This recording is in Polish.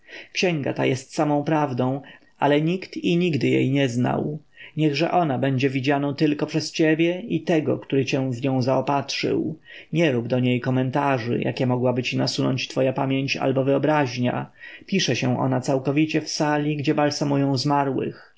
księga ta jest samą prawdą ale nikt i nigdy jej nie znał niechże ona będzie widzianą tylko przez ciebie i tego który cię w nią zaopatrzył nie rób do niej komentarzy jakie mogłaby ci nasunąć twoja pamięć albo wyobraźnia pisze się ona całkowicie w sali gdzie balsamują zmarłych